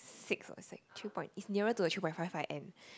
six or six three point it's nearer to the three point five five end